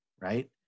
right